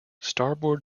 starboard